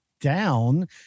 down